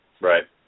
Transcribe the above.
Right